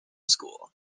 school